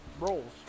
rolls